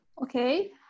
Okay